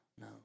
no